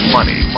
Money